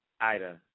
Ida